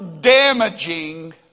damaging